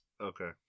Okay